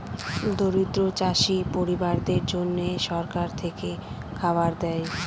দরিদ্র চাষী পরিবারদের জন্যে সরকার থেকে খাবার দেয়